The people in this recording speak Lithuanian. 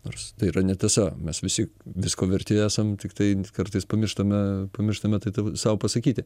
nors tai yra netiesa mes visi visko verti esam tiktai kartais pamirštame pamirštame tai sau pasakyti